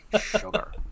Sugar